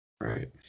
Right